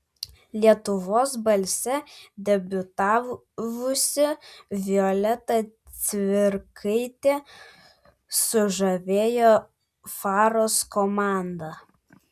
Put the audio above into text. lietuvos balse debiutavusi violeta cvirkaitė sužavėjo faros komandą